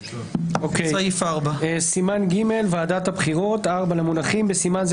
נעבור לסעיף 4. פרשנות למונחים בסימן זה